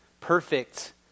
perfect